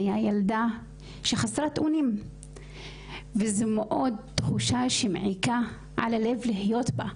אני הילדה שחסרת אונים וזה מאוד תחושה שמעיקה על הלב לחיות בה,